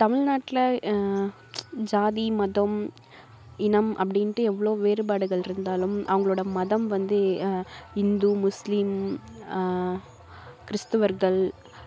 தமிழ்நாட்டில் ஜாதி மதம் இனம் அப்படின்ட்டு எவ்வளோ வேறுபாடுகள் இருந்தாலும் அவங்களோடய மதம் வந்து இந்து முஸ்லீம் கிறிஸ்துவர்கள்